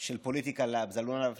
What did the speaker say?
של Political Labs, ענו עליו